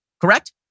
correct